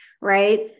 right